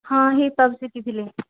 ହଁ ହିପ୍ହପ୍ ଶିଖିଥିଲେ